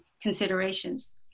considerations